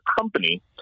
company